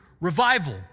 revival